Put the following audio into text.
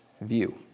view